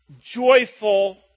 joyful